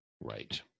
Right